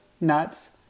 nuts